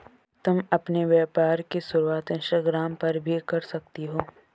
तुम अपने व्यापार की शुरुआत इंस्टाग्राम पर भी कर सकती हो